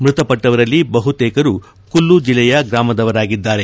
ಮೃತಪಟ್ಟವರಲ್ಲಿ ಬಹುತೇಕರು ಕುಲ್ಲು ಜೆಲ್ಲೆಯ ಗ್ರಾಮದವರಾಗಿದ್ದಾರೆ